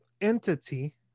entity